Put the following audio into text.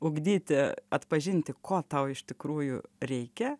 ugdyti atpažinti ko tau iš tikrųjų reikia